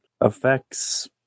affects